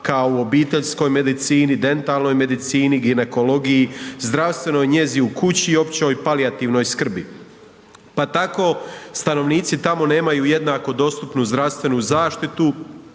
kao u obiteljskoj medicini, dentalnoj medicini, ginekologiji, zdravstvenoj njezi u kući i općoj palijativnoj skrbi. Pa tako stanovnici tamo nemaju jednako dostupnu zdravstvenu zaštitu